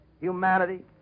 humanity